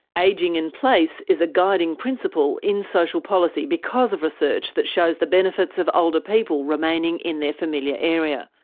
ageing in place is a guiding principle in social policy, because of research that shows the benefits of older people remaining in their familiar area.